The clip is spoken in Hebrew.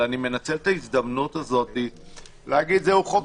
אבל אני מנצל את ההזדמנות הזאת להגיד שזהו חוק